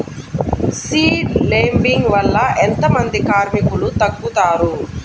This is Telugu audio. సీడ్ లేంబింగ్ వల్ల ఎంత మంది కార్మికులు తగ్గుతారు?